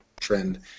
trend